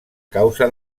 causa